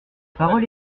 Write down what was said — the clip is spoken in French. parole